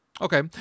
Okay